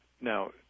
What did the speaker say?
Now